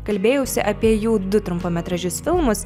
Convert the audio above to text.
kalbėjausi apie jų du trumpametražius filmus